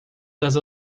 das